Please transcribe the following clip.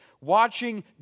watching